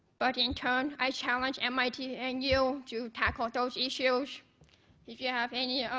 but in turn i challenge mit and you to tackle those issues. if you have and yeah